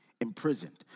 imprisoned